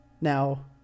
Now